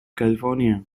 california